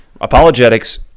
Apologetics